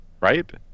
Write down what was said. right